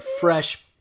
fresh